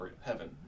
heaven